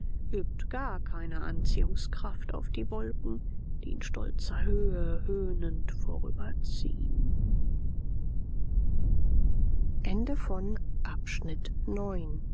übt gar keine anziehungskraft auf die wolken die in stolzer höhe höhnend vorüberziehen